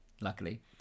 luckily